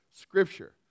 Scripture